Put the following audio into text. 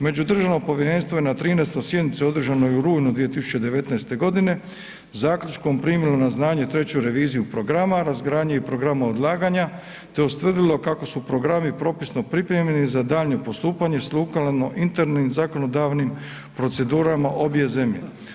Međudržavno povjerenstvo je na 13. sjednici održanoj u rujnu 2019. g. zaključkom primilo na znanje treću reviziju programa razgradnje i programa odlaganja te ustvrdilo kako su programi propisno pripremljeni za daljnje postupanje sa sukladno internim zakonodavnim procedurama obje zemlje.